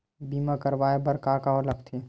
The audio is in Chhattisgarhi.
बीमा करवाय बर का का लगथे?